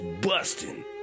busting